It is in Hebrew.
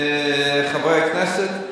חברי הכנסת,